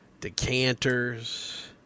decanters